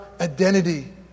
identity